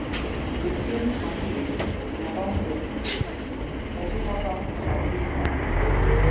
ATM থাকিলে account ওত কত টাকা রাখীর নাগে?